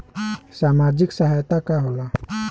सामाजिक सहायता का होला?